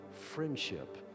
friendship